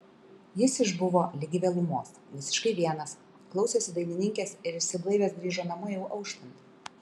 jis išbuvo ligi vėlumos visiškai vienas klausėsi dainininkės ir išsiblaivęs grįžo namo jau auštant